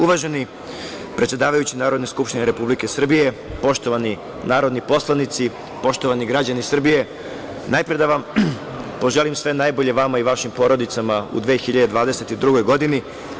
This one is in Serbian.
Uvaženi predsedavajući Narodne skupštine Republike Srbije, poštovani narodni poslanici, poštovani građani Republike Srbije, najpre da vam poželim sve najbolje vama i vašim porodicama u 2022. godini.